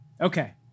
Okay